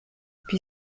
wie